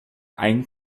ein